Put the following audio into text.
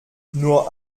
nur